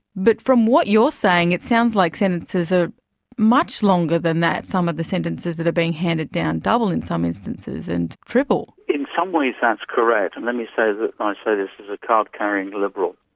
but from what you're saying it sounds like sentences are much longer than that, some of the sentences that are being handed down. double in some instances, and triple. in some ways that's correct. and let me say this, i say this as a card-carrying liberal,